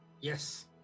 Yes